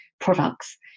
products